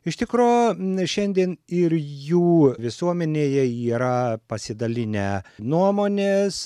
iš tikro šiandien ir jų visuomenėje yra pasidalinę nuomonės